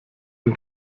den